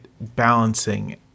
balancing